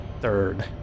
Third